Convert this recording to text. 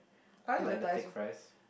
I like the thick fries